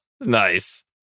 nice